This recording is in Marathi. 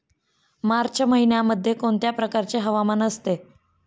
मार्च महिन्यामध्ये कोणत्या प्रकारचे हवामान असते?